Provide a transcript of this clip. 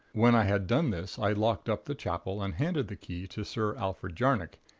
when i had done this i locked up the chapel and handed the key to sir alfred jarnock,